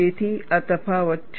તેથી આ તફાવત છે